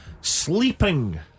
Sleeping